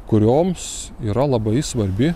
kurioms yra labai svarbi